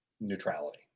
neutrality